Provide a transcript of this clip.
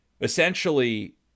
essentially